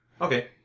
Okay